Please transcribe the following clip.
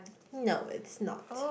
no it's not